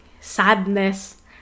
sadness